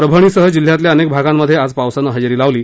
परभणीसह जिल्ह्यातल्या अनेक भागांमध्ये आज पावसानं हजेरी लावली